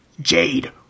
Jade